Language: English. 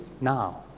now